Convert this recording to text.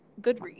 Goodreads